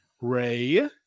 Ray